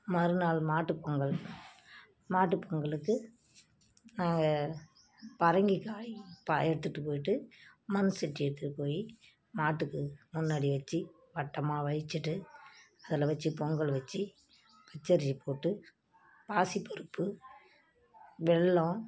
மறுநாள் மாட்டு பொங்கல் மாட்டு பொங்கலுக்கு நாங்கள் பரங்கிக்காய் காய் எடுத்துகிட்டு போயிட்டு மண்சட்டி எடுத்துகிட்டு போய் மாட்டுக்கு முன்னாடி வச்சு வட்டமாக வச்சிகிட்டு அதில் வச்சு பொங்கல் வச்சு பச்சரிசி போட்டு பாசி பருப்பு வெள்ளம்